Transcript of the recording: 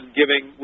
giving